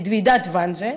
את ועידת ואנזה,